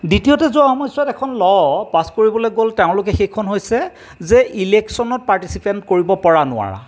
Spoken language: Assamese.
দ্বিতীয়তে যোৱা সময়ছোৱাত এখন ল' পাছ কৰিবলৈ গ'ল তেওঁলোকে সেইখন হৈছে যে ইলেকশ্যনত পাৰ্টিচিপেণ্ট কৰিব পৰা নোৱাৰা